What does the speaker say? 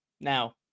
Now